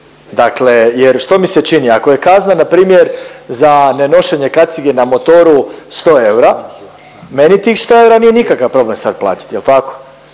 Dakle, jer što mi se čini ako je kazna npr. za nenošenje kacige na motoru 100 eura, meni tih 100 eura nije nikakav problem sad platiti jel tako,